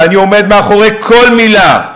ואני עומד מאחורי כל מילה,